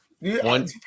one